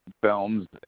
films